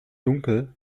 dunkel